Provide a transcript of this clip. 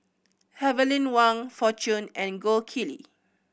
Heavenly Wang Fortune and Gold Kili